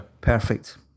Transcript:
Perfect